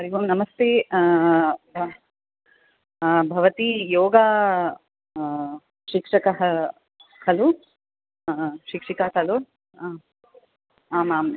हरि ओं नमस्ते भवती योगा शिक्षकः खलु शिक्षिका खलु आम् आम् आम्